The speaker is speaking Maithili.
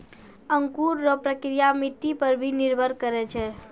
अंकुर रो प्रक्रिया मट्टी पर भी निर्भर करै छै